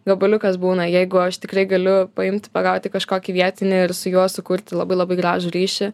gabaliukas būna jeigu aš tikrai galiu paimti pagauti kažkokį vietinį ir su juo sukurti labai labai gražų ryšį